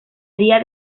día